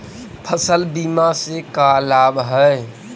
फसल बीमा से का लाभ है?